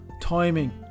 timing